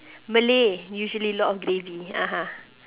malay usually a lot of gravy (uh huh)